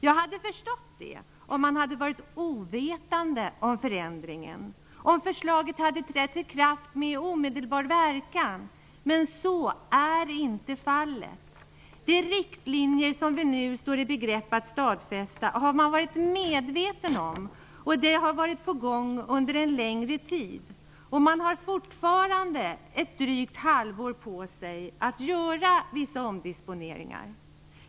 Jag skulle haft förståelse för det, om man hade varit ovetande om förändringen och om förslaget hade trätt i kraft med omedelbar verkan. Men så är inte fallet. De riktlinjer som vi nu står i begrepp att stadfästa har man varit medveten om och de har varit på gång under en längre tid. Fortfarande har man ett drygt halvår på sig att göra vissa omdisponeringar.